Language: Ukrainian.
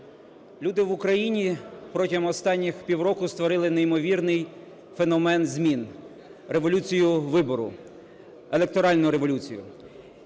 люди в Україні протягом останніх півроку створили неймовірний феномен змін: революцію вибору, електоральну революцію.